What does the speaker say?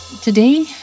Today